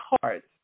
cards